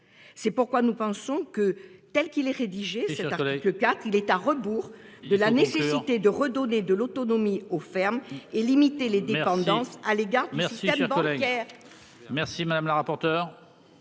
C'est pourquoi nous pensons que telle qu'il est rédigé cet article le quatre. Il est à rebours de la nécessité de redonner de l'autonomie aux ferme et limiter les dépendance à l'égard merci.